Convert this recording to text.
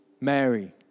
Mary